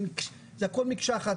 זה הכול מקשה אחת,